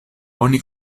oni